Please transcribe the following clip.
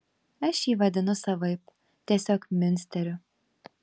aš jį vadinu savaip tiesiog miunsteriu